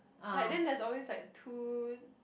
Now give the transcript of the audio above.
like then there's always like two